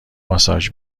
ماساژ